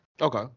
okay